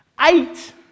Eight